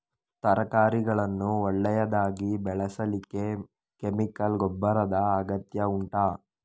ತರಕಾರಿಗಳನ್ನು ಒಳ್ಳೆಯದಾಗಿ ಬೆಳೆಸಲಿಕ್ಕೆ ಕೆಮಿಕಲ್ ಗೊಬ್ಬರದ ಅಗತ್ಯ ಉಂಟಾ